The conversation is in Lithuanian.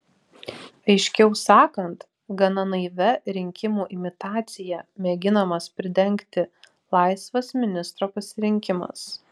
aiškiau sakant gana naivia rinkimų imitacija mėginamas pridengti laisvas ministro pasirinkimas